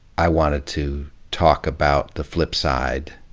i wanted to talk about the flip side.